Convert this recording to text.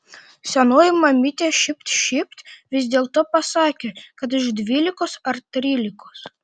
senoji mamytė šypt šypt vis dėlto pasakė kad iš dvylikos ar trylikos